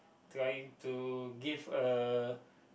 trying to give a